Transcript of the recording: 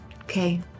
Okay